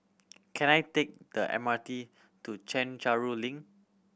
can I take the M R T to Chencharu Link